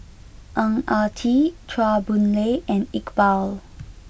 Ang Ah Tee Chua Boon Lay and Iqbal